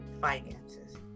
finances